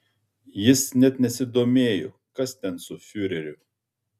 jis net nesidomėjo kas ten su fiureriu